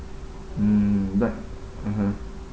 mm like (uh huh)